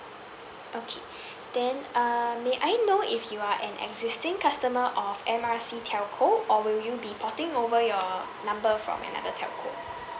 okay then uh may I know if you are an existing customer of M R C telco or will you be porting over your number from another telco